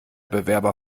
bewerber